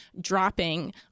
dropping